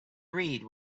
read